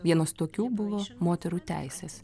vienas tokių buvo moterų teisės